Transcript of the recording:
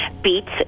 beets